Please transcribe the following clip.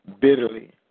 bitterly